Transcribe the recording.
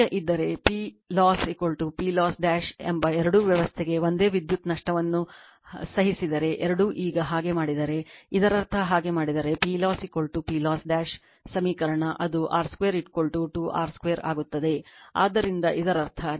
ಈಗ ಇದ್ದರೆ PLoss PLoss ಎಂಬ ಎರಡೂ ವ್ಯವಸ್ಥೆಗೆ ಒಂದೇ ವಿದ್ಯುತ್ ನಷ್ಟವನ್ನು ಸಹಿಸಿದರೆ ಎರಡೂ ಈಗ ಹಾಗೆ ಮಾಡಿದರೆ ಇದರರ್ಥ ಹಾಗೆ ಮಾಡಿದರೆ PLoss PLoss ಸಮೀಕರಣ ಅದು r 2 2 r 2 ಆಗುತ್ತದೆ ಆದ್ದರಿಂದ ಇದರರ್ಥ ನನ್ನ r 2 r 2 2